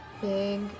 Big